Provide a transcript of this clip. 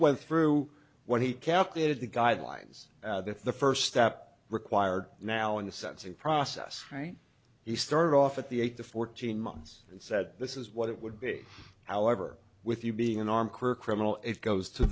went through what he kept is the guidelines that the first step required now in the sense in process right he started off at the eight to fourteen months and said this is what it would be however with you being an arm career criminal it goes to